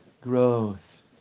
growth